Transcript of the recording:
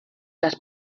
las